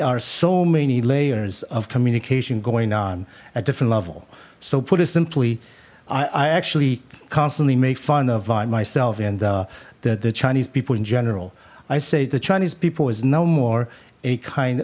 are so many layers of communication going on at different level so put it simply i actually constantly make fun of i myself and that the chinese people in general i say the chinese people is no more a kind